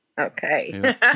Okay